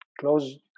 close